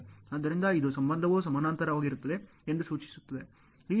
ಆದ್ದರಿಂದ ಇದು ಸಂಬಂಧವು ಸಮಾನಾಂತರವಾಗಿರುತ್ತದೆ ಎಂದು ಸೂಚಿಸುತ್ತದೆ